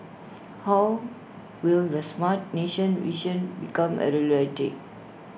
how will the Smart Nation vision become A reality